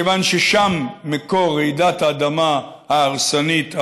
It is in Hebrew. מכיוון ששם מקור רעידת האדמה ההרסנית הבאה,